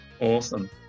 Awesome